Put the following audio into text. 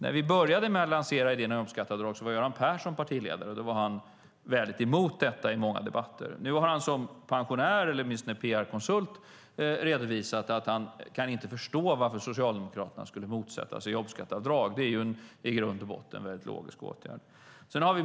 När vi började lansera idén med jobbskatteavdrag var Göran Persson partiledare, och han var väldigt emot detta i många debatter. Nu har han som pensionär, eller åtminstone som PR-konsult, redovisat att han inte kan förstå varför Socialdemokraterna skulle motsätta sig jobbskatteavdrag eftersom det i grund och botten är en logisk åtgärd.